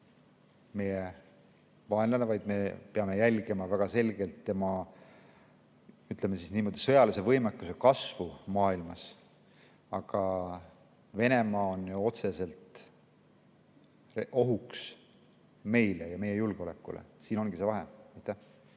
meie vaenlane, vaid me peame jälgima väga selgelt tema, ütleme niimoodi, sõjalise võimekuse kasvu maailmas. Aga Venemaa on ju otseselt ohuks meile ja meie julgeolekule. Siin ongi see vahe.